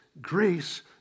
grace